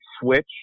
switch